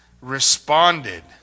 responded